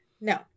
No